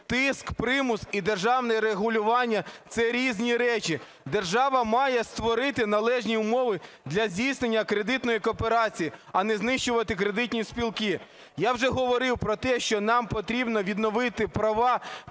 Тиск, примус і державне регулювання – це різні речі. Держава має створити належні умови для здійснення кредитної кооперації, а не знищувати кредитні спілки. Я вже говорив про те, що нам потрібно відновити права